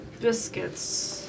biscuits